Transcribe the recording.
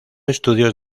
estudios